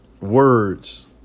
words